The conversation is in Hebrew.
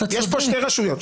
יש כאן שתי רשויות.